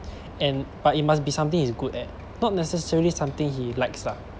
and but it must be something he's good at not necessarily something he likes lah